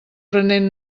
prenent